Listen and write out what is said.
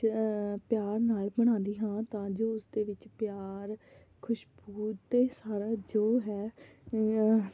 ਪਿਆਰ ਨਾਲ ਬਣਾਉਂਦੀ ਹਾਂ ਤਾਂ ਜੋ ਉਸਦੇ ਵਿੱਚ ਪਿਆਰ ਖੂਸ਼ਬੂ ਅਤੇ ਸਾਰਾ ਜੋ ਹੈ